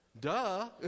duh